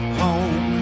home